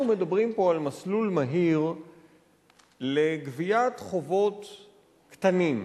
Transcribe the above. אנחנו מדברים פה על מסלול מהיר לגביית חובות קטנים.